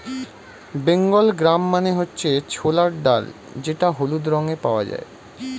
Bengal gram মানে হচ্ছে ছোলার ডাল যেটা হলুদ রঙে পাওয়া যায়